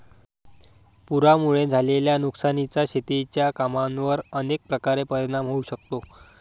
पुरामुळे झालेल्या नुकसानीचा शेतीच्या कामांवर अनेक प्रकारे परिणाम होऊ शकतो